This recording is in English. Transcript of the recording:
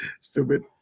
Stupid